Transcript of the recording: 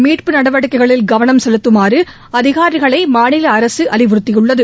மீட்பு நடவடிக்கைகளில் கவனம் செலுத்துமாறு அதிகாரிகளை மாநில அரசு அறிவுறுத்தியுள்ளது